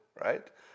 right